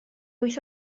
wyth